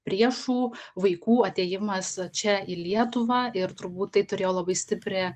priešų vaikų atėjimas čia į lietuvą ir turbūt tai turėjo labai stiprią